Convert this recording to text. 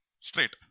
Straight